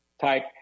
type